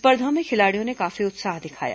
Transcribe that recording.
स्पर्धा में खिलाड़ियों ने काफी उत्साह दिखाया